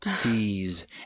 D's